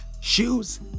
shoes